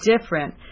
different